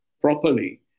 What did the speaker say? properly